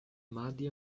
muddy